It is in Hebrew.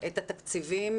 את התקציבים.